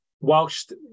Whilst